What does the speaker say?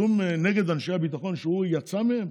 אז הוא נגד אנשי הביטחון, שהוא יצא מהם,